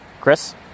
Chris